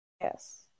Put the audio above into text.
Yes